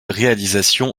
réalisation